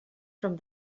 from